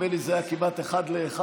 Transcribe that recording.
נדמה לי שזה היה כמעט אחד לאחד,